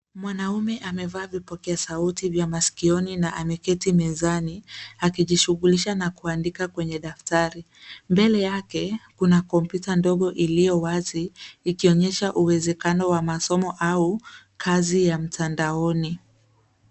Mwanaume amevaa vipokea sauti vya masikioni na ameketi mezani akijishughulisha na kuandika kwenye daftari. Mbele yake kuna kompyuta ndogo iliyo wazi ikionyesha uwezekano wa masomo au kazi ya mtandaoni.